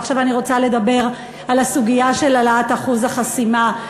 ועכשיו אני רוצה לדבר על הסוגיה של העלאת אחוז החסימה,